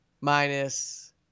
minus